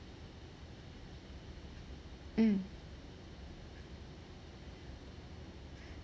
hmm